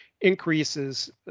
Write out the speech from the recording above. increases